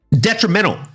detrimental